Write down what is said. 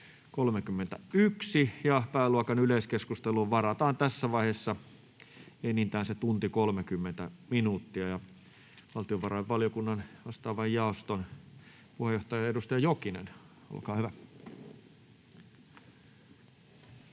Pääluokan yleiskeskusteluun varataan tässä vaiheessa enintään 1 tunti ja 30 minuuttia. — Valtiovarainvaliokunnan vastaavan jaoston puheenjohtaja, edustaja Jokinen, olkaa hyvä.